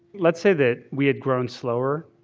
let's say that we had grown slower.